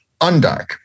Undark